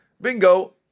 bingo